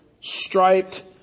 striped